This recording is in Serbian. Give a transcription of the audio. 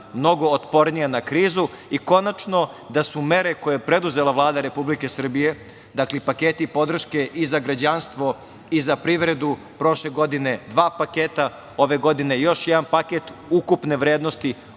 mnogo otpornija na krizu i konačno da su mere koje je preduzela Vlada Republike Srbije, dakle paketi podrške i za građanstvo i za privredu, prošle godine dva paketa, ove godine još jedan paket, ukupne vrednosti